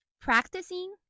practicing